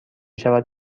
شود